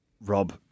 Rob